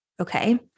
Okay